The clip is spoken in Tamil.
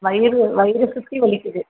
வயிறு வயிறை சுற்றி வலிக்குது